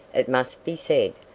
it must be said,